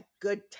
good